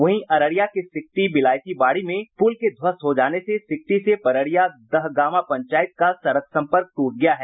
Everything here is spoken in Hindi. वहीं अररिया के सिकटी बिलायती बाड़ी में पुल के ध्वस्त हो जाने से सिकटी से पड़रिया दहगामा पंचायत का सड़क संपर्क ट्रट गया है